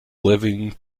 living